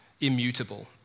immutable